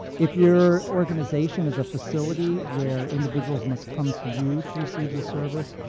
if your organization is a facility where individuals must come to you to receive the service,